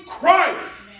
Christ